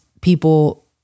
people